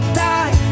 die